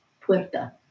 Puerta